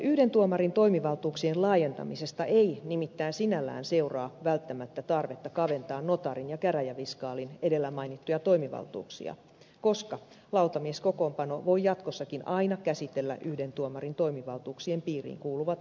yhden tuomarin toimivaltuuksien laajentamisesta ei nimittäin sinällään seuraa välttämättä tarvetta kaventaa notaarin ja käräjäviskaalin edellä mainittuja toimivaltuuksia koska lautamieskokoonpano voi jatkossakin aina käsitellä yhden tuomarin toimivaltuuksien piiriin kuuluvat asiat